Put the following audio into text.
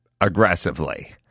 aggressively